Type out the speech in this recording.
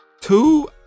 two